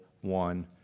one